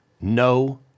no